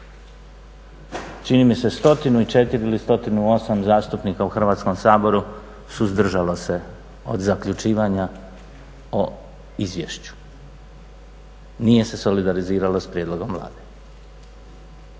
Čini mi se 104 ili 108 zastupnika u Hrvatskom saboru suzdržalo se od zaključivanja o izvješću. Nije se solidariziralo s prijedlogom Vlade.